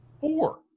Four